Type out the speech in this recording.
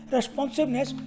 Responsiveness